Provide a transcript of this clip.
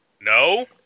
No